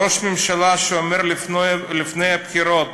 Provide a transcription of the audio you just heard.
ראש ממשלה שאומר לפני הבחירות